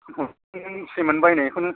नों सेमोन बायनायखौनो